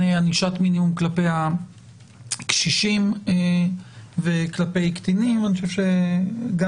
ענישת מינימום כלפי קשישים וכלפי קטינים ואני חושב שגם